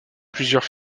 plusieurs